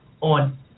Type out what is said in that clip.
on